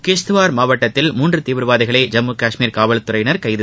கிஷ்த்வார் மாவட்டத்தில் மூன்று தீவிரவாதிகளை ஜம்மு கஷ்மீர் காவல் துறையினர் கைது